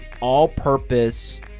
all-purpose